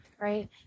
Right